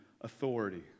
authority